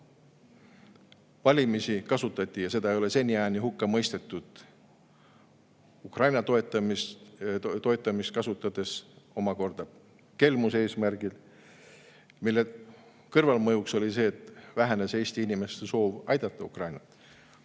Valimisi kasutati – seda ei ole seniajani hukka mõistetud – Ukraina toetamise [kaudu] omakorda kelmuse eesmärgil, mille kõrvalmõjuks oli see, et vähenes Eesti inimeste soov aidata Ukrainat.